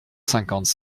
cinquante